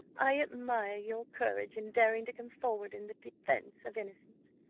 i admire your courage in daring to come forward in the defence of innocence.